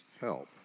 help